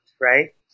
right